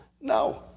No